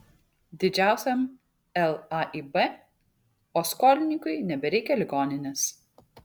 didžiausiam laib o skolininkui nebereikia ligoninės